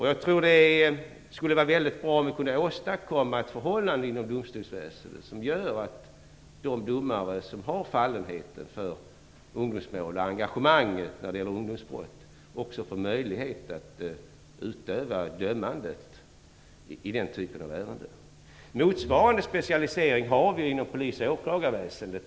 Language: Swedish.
Jag tror att det skulle vara väldigt bra om vi kunde åstadkomma ett förhållande inom domstolsväsendet som gör att de domare som har fallenhet för ungdomsmål och som har ett engagemang när det gäller ungdomsbrott också får möjlighet att utöva dömandet i den typen av ärenden. En motsvarande specialisering har vi inom polisoch åklagarväsendet.